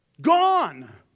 Gone